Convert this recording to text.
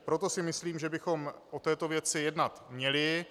Proto si myslím, že bychom o této věci jednat měli.